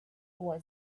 was